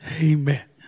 Amen